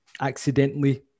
accidentally